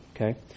Okay